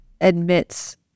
admits